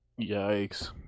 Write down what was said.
yikes